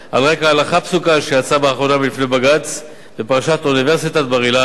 על רקע הלכה פסוקה שיצאה באחרונה מלפני בג"ץ בפרשת אוניברסיטת בר-אילן,